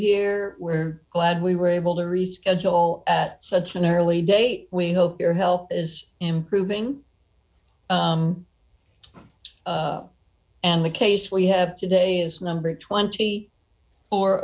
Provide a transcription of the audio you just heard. here we're glad we were able to reschedule such an early date we hope your health is improving and the case we have today is number twenty four